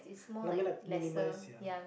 i mean like minimize ya